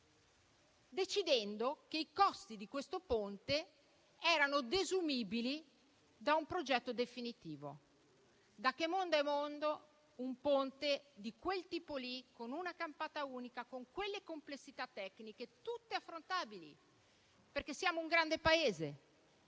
decidendo che i costi del ponte fossero desumibili da un progetto definitivo. Da che mondo è mondo, un ponte di quel tipo, con una campata unica, ha determinate complessità tecniche che sono tutte affrontabili, perché siamo un grande Paese,